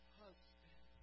husband